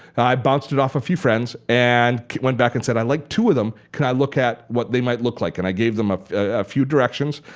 i bounced it off a few friends and went back and said i like two of them could i look at what they might look like? and i gave them a few directions.